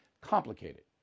Complicated